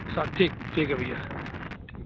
حساب ٹھیک ٹھیک ہے بھیا ٹھیک